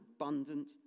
abundant